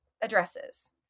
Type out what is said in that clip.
addresses